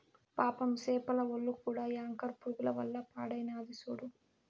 పాపం సేపల ఒల్లు కూడా యాంకర్ పురుగుల వల్ల పాడైనాది సూడు